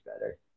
better